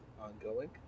ongoing